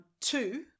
Two